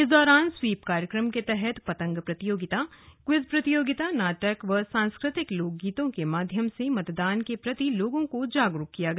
इस दौरान स्वीप कार्यक्रम के तहत पतंग प्रतियोगिता क्वीज प्रतियोगिता नाटक व सांस्कृतिक लोक गीतों के माध्यम से मतदान के प्रति लोगों को जागरूक किया गया